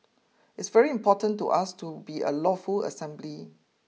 it's very important to us to be a lawful assembly